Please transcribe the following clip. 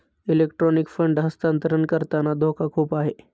electronic fund हस्तांतरण करताना धोका खूप आहे